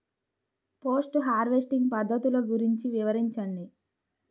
Post harvesting పద్ధతులు గురించి వివరించండి?